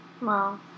Wow